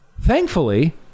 Thankfully